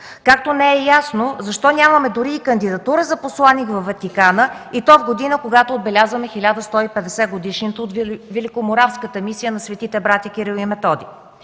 Както не е ясно защо нямаме дори кандидатура за посланик във Ватикана, и то в година, когато отбелязваме 1150-годишнината от Великоморавската мисия на светите братя Кирил и Методий.